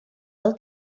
fel